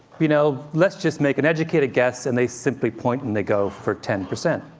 you know, let's just make an educated guess, and they simply point and they go for ten percent,